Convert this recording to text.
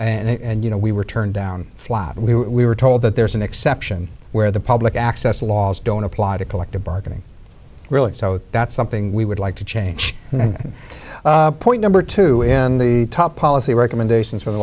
and you know we were turned down flat we were we were told that there is an exception where the public access laws don't apply to collective bargaining really so that's something we would like to change and point number two in the top policy recommendations for the